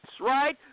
right